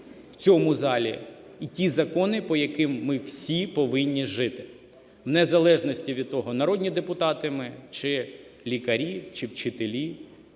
в цьому залі, і ті закони, по яким ми всі повинні жити, в незалежності від того народні депутати ми чи лікарі, чи вчителі,